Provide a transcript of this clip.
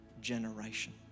generation